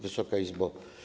Wysoka Izbo!